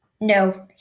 No